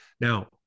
Now